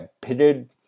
Pitted